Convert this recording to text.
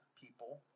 people